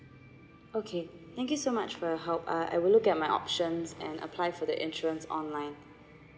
okay thank you so much for your help uh I would look at my options and apply for the insurance online